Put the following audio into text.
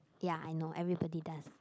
ya I know everybody does